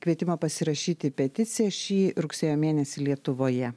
kvietimą pasirašyti peticiją šį rugsėjo mėnesį lietuvoje